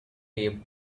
taped